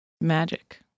magic